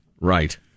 right